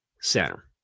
center